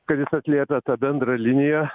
kad jis atliepia tą bendrą liniją